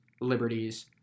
liberties